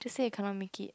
say you cannot make it